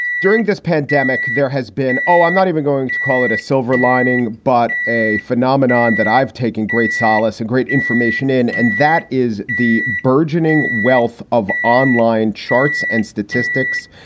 during this pandemic, there has been oh, i'm not even going to call it a silver lining, but a phenomenon that i've taken great solace in, great information in. and that is the burgeoning wealth of online charts and statistics.